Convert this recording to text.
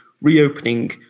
Reopening